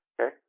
Okay